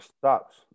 stops